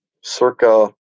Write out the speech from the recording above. circa